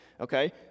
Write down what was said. okay